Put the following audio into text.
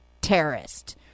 terrorist